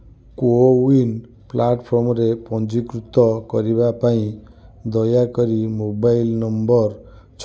CoWIN ପ୍ଲାଟଫର୍ମରେ ପଞ୍ଜୀକୃତ କରିବା ପାଇଁ ଦୟାକରି ମୋବାଇଲ ନମ୍ବର ଛଅ ଦୁଇ ପାଞ୍ଚ ଦୁଇ ପାଞ୍ଚ ନଅ ପାଞ୍ଚ ନଅ ସାତ ସାତ ସାତ ବ୍ୟବହାର କର